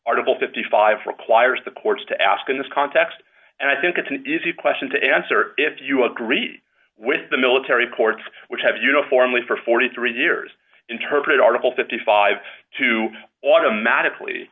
article fifty five requires the courts to ask in this context and i think it's an easy question to answer if you agree with the military courts which have uniformly for forty three years interpret article fifty five to automatically